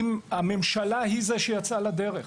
הממשלה היא זו שיצאה לדרך.